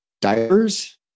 diapers